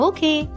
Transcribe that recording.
Okay